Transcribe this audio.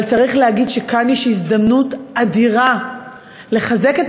אבל צריך להגיד שכאן יש הזדמנות אדירה לחזק את